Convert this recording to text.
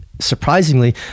surprisingly